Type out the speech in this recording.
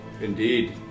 indeed